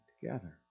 together